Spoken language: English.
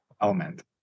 Element